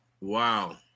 Wow